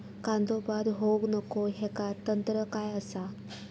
कांदो बाद होऊक नको ह्याका तंत्र काय असा?